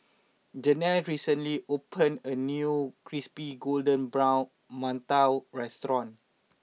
Janel recently opened a new Crispy Golden Brown Mantou restaurant